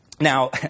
now